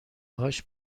هاش